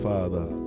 Father